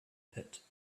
pit